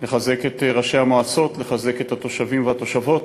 לחזק את ראשי המועצות, לחזק את התושבים והתושבות,